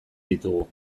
ditugu